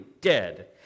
dead